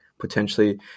Potentially